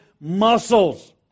muscles